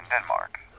Denmark